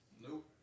Nope